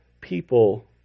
people